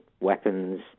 weapons